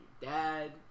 dad